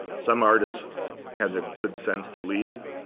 some artists had the good sense to leave.